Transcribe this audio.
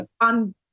on